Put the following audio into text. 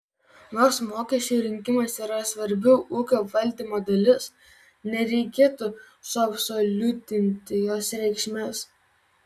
nors mokesčių rinkimas yra svarbi ūkio valdymo dalis nereikėtų suabsoliutinti jos reikšmės